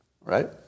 Right